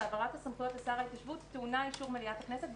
העברת הסמכויות לשר ההתיישבות טעונה אישור מליאת הכנסת,